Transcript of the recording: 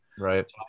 Right